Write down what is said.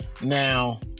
Now